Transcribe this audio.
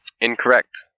incorrect